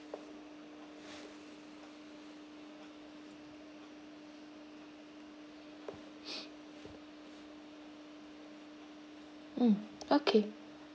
um okay